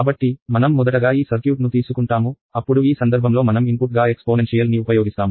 కాబట్టి మనం మొదటగా ఈ సర్క్యూట్ను తీసుకుంటాము అప్పుడు ఈ సందర్భంలో మనం ఇన్పుట్గా ఎక్స్పోనెన్షియల్ని ఉపయోగిస్తాము